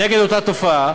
נגד אותה תופעה,